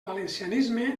valencianisme